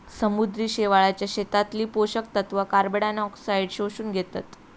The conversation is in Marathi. समुद्री शेवाळाच्या शेतीतली पोषक तत्वा कार्बनडायऑक्साईडाक शोषून घेतत